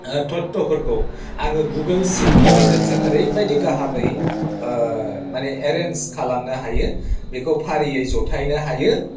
थथ्यफोरखौ आङो गुगोल शिटनि गेजेरजों ओरैबायदि गाहामै माने एरेन्ज खालामनो हायो बेखौ फारियै जथायनो हायो